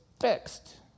fixed